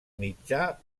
mitjà